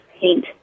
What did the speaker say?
paint